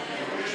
שלא ידענו